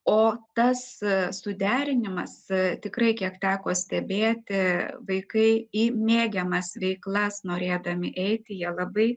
o tas suderinimas tikrai kiek teko stebėti vaikai į mėgiamas veiklas norėdami eiti jie labai